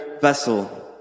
vessel